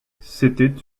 c’était